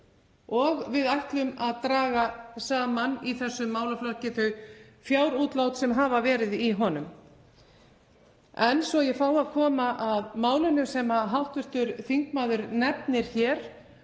og við ætlum að draga saman í þessum málaflokki þau fjárútlát sem hafa verið í honum. En svo ég fái að koma að málinu sem hv. þingmaður nefnir hér